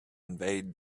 invade